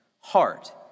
heart